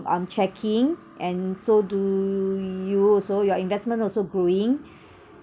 I am checking and so do you also your investment also growing